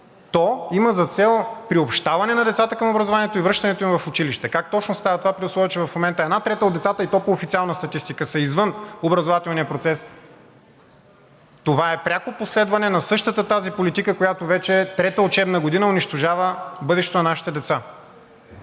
то има за цел приобщаване на децата към образованието и връщането им в училище. Как точно става това, при условие че в момента една трета от децата, и то по официална статистика, са извън образователния процес? Това е пряко следване на същата тази политика, която вече трета учебна година унищожава бъдещето на нашите деца.